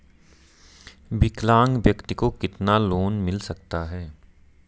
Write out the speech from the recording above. विकलांग व्यक्ति को कितना लोंन मिल सकता है?